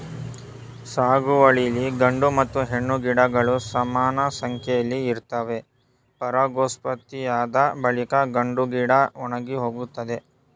ಸಾಗುವಳಿಲಿ ಗಂಡು ಮತ್ತು ಹೆಣ್ಣು ಗಿಡಗಳು ಸಮಾನಸಂಖ್ಯೆಲಿ ಇರ್ತವೆ ಪರಾಗೋತ್ಪತ್ತಿಯಾದ ಬಳಿಕ ಗಂಡುಗಿಡ ಒಣಗಿಹೋಗ್ತದೆ